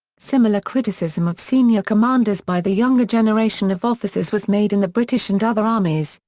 similar criticism of senior commanders by the younger generation of officers was made in the british and other armies,